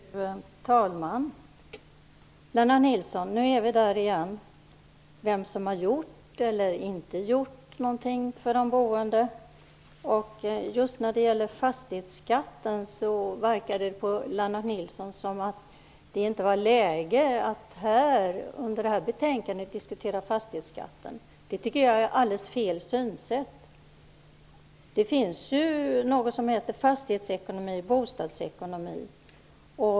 Fru talman! Nu är vi där igen, Lennart Nilsson, och talar om vem som har gjort eller inte gjort någonting för de boende. Just när det gäller fastighetsskatten verkar det på Lennart Nilsson som om det inte vore läge att diskutera fastighetsskatten när vi behandlar det här betänkandet. Det tycker jag är helt fel synsätt. Det finns ju någonting som heter fastighetsekonomi och bostadsekonomi.